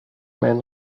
main